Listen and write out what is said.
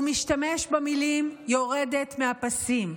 הוא משתמש במילים "יורדת מהפסים".